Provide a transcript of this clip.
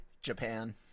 japan